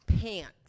pants